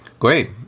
Great